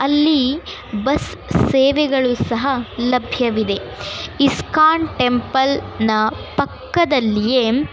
ಅಲ್ಲಿ ಬಸ್ ಸೇವೆಗಳು ಸಹ ಲಭ್ಯವಿದೆ ಇಸ್ಕಾನ್ ಟೆಂಪಲ್ನ ಪಕ್ಕದಲ್ಲಿಯೇ